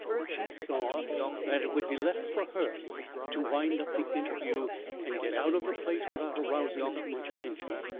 she saw that it would be left for her to wind up the interview and get out of the place without arousing too much attention.